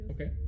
Okay